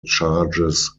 charges